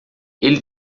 ele